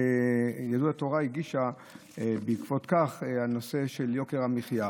יהדות התורה הגישה בעקבות כך על נושא של יוקר המחיה.